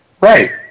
Right